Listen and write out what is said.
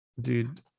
dude